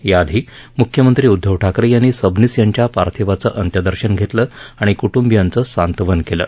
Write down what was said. याआधी मुख्यमंत्री उदधव ठाकरे यांनी सबनीस यांच्या पार्थिवाचं अंत्यदर्शन घेतलं आणि क्टंबियांचं सांत्वन केलं